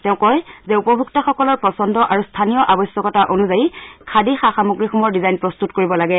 তেওঁ কয় যে উপভোক্তাসকলৰ পছন্দ আৰু স্থানীয় আৱশ্যকতা অনুযায়ী খাদী সা সামগ্ৰীসমূহৰ ডিজাইন প্ৰস্তুত কৰিব লাগে